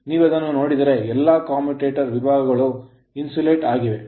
ನೀವು ಇದನ್ನು ನೋಡಿದರೆ ಎಲ್ಲಾ commutator ಕಮ್ಯೂಟರೇಟರ್ ವಿಭಾಗಗಳು insulate ಇನ್ಸುಲೇಟ್ ಆಗಿವೆ